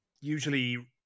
Usually